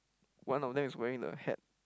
one of them is wearing the hat